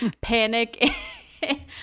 panic